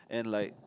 and like